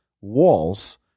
walls